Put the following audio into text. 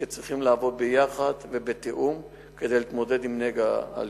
שצריכים לעבוד ביחד ובתיאום כדי להתמודד עם נגע האלימות.